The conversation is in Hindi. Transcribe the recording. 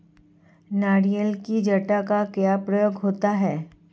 नारियल की जटा का क्या प्रयोग होता है?